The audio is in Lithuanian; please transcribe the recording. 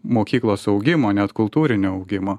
mokyklos augimo net kultūrinio augimo